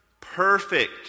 Perfect